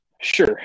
Sure